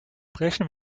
brechen